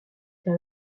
êtes